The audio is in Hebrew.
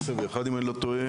אם אני לא טועה.